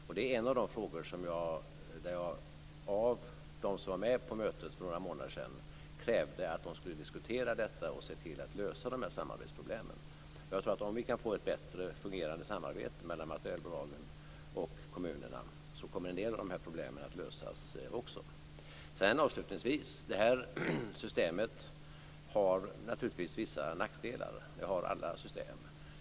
På mötet för några månader sedan krävde jag av dem som var med att de skulle diskutera detta och se till att lösa dessa samarbetsproblem. Om vi kan få ett bättre fungerande samarbete mellan materialbolagen och kommunerna tror jag att en del av de här problemen kommer att lösas. Avslutningsvis vill jag säga att det här systemet naturligtvis har vissa nackdelar. Det har alla system.